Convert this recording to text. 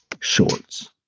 shorts